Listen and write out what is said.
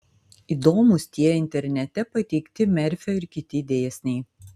įdomūs tie internete pateikti merfio ir kiti dėsniai